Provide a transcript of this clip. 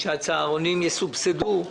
שהצהרונים יסובסדו,